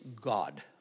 God